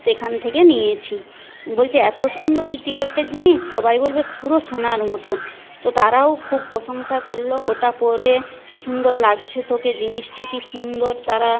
সেখান থেকে নিয়েছি বলচে এতো সুন্দর সিটি গোল্ডের জিনিস সবাই বলবে পুরো সোনার মতো তো তারাও খুব প্রশংসা করলো ওটা পরে কি সুন্দর লাগছে তোকে জিনিসটা কি সুন্দর তারা